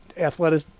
athletic